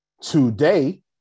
today